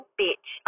bitch